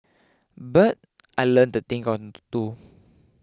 but I learnt the thing or to do